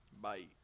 Bye